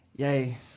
Yay